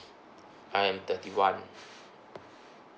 I am thirty one